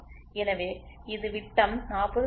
எனவே இது விட்டம் 40